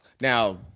Now